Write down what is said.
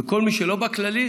וכל מי שלא בכללי,